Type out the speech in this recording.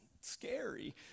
scary